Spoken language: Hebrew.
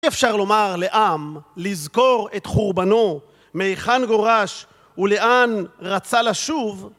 אי אפשר לומר לעם לזכור את חורבנו מהיכן גורש ולאן רצה לשוב.